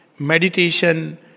Meditation